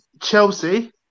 Chelsea